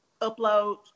upload